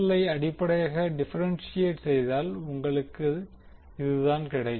ஐ அடிப்படையாக டிபெரென்ஷியேட் செய்தால் உங்களுக்கு இதுதான் கிடைக்கும்